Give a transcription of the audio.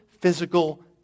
physical